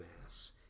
mass